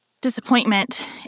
disappointment